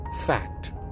fact